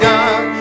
God